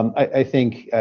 um i think,